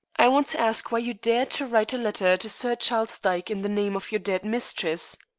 i want to ask why you dared to write a letter to sir charles dyke in the name of your dead mistress.